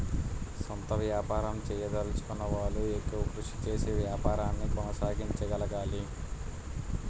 సొంత వ్యాపారం చేయదలచుకున్న వాళ్లు ఎక్కువ కృషి చేసి వ్యాపారాన్ని కొనసాగించగలగాలి